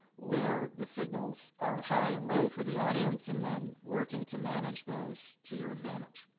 where the signals are high and low for the audience, and then working to manage those to your advantage.